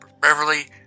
Beverly